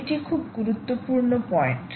এটি খুব গুরুত্বপূর্ণ পয়েন্ট